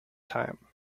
time